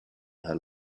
her